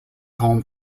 home